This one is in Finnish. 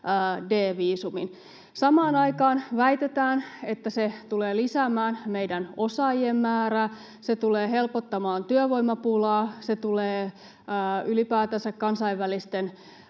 D-viisumin. Samaan aikaan väitetään, että se tulee lisäämään meidän osaajien määrää, se tulee helpottamaan työvoimapulaa, se tulee lisäämään ylipäätänsä kansainvälisten